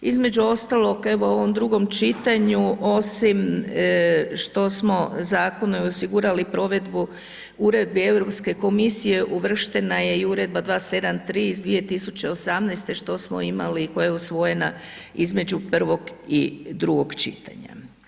Između ostalog evo u ovom drugom čitanju osim što smo u zakonu osigurali i provedbu uredbi Europske komisije uvrštena je i Uredba 273. iz 2018. što smo imali i koja je usvojena između prvog i drugog čitanja.